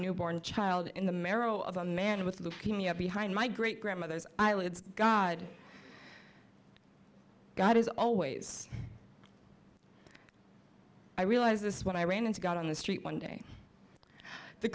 newborn child in the marrow of a man with leukemia behind my great grandmother's eyelids god god is always i realize this when i ran and got on the street one day the